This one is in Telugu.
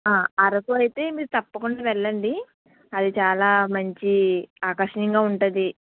ఆ అరకు అయితే మీరు తప్పకుండా వెళ్ళండి అది చాలా మంచి ఆకర్షణీయంగా ఉంటుంది